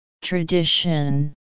Tradition